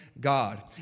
God